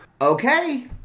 okay